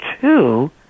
two